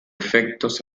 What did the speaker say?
efectos